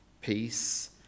Peace